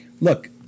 Look